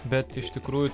bet iš tikrųjų